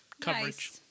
coverage